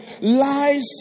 Lies